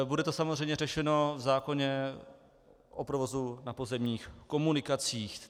Bude to samozřejmě řešeno v zákoně o provozu na pozemních komunikacích.